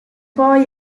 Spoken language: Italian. poi